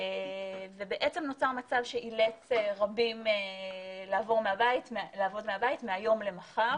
ובעצם נוצר מצב שאילץ רבים לעבוד מהבית מהיום למחר.